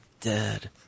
dead